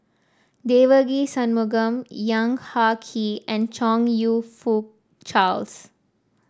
Devagi Sanmugam Yong Ah Kee and Chong You Fook Charles